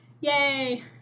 Yay